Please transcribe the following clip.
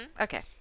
Okay